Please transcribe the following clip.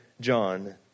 John